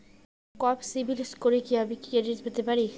কম সিবিল স্কোরে কি আমি ক্রেডিট পেতে পারি?